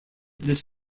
this